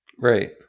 right